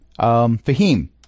Fahim